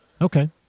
Okay